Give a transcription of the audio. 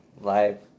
live